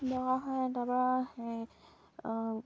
তাৰ পৰা